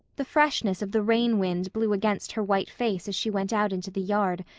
the freshness of the rain-wind blew against her white face as she went out into the yard,